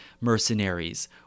mercenaries